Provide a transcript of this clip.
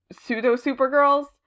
pseudo-Supergirls